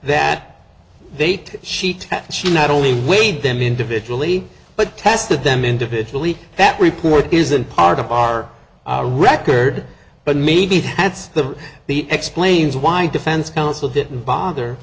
that they took sheet she not only weighed them individually but tested them individually that report isn't part of our record but maybe that's the the explains why defense counsel didn't bother